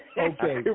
Okay